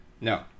no